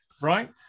Right